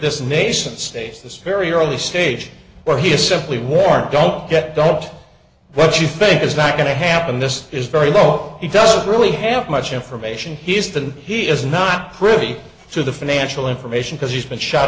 this nascent stage this very early stage where he is simply warm don't get dumped what you think is not going to happen this is very low he doesn't really have much information he's been he is not privy to the financial information because he's been sh